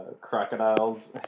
crocodiles